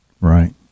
Right